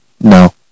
No